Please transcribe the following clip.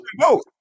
vote